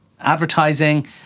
advertising